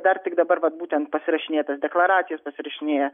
dar tik dabar vat būtent pasirašinėja tas deklaracijas pasirašinėja